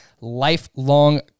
lifelong